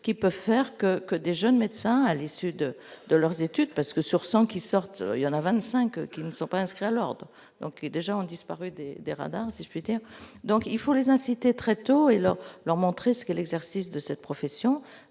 qui peuvent faire que que des jeunes médecins à l'issue de de leurs études, parce que sur 100 qui sortent, il y en a 25 qui ne sont pas inscrits à l'ordre donc déjà ont disparu des radars, si je puis dire, donc il faut les inciter très tôt et leur leur montrer ce que l'exercice de cette profession,